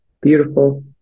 Beautiful